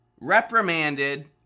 reprimanded